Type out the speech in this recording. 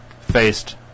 faced